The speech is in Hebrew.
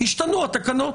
אז השתנו התקנות.